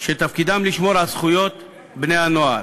שתפקידם לשמור על זכויות בני-הנוער.